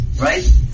right